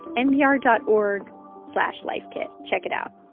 npr dot org slash lifekit. check it out